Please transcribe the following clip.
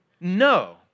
No